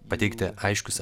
pateikti aiškius